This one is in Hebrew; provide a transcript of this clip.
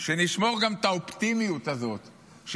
שנשמור גם את האופטימיות הזאת,